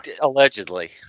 allegedly